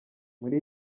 muri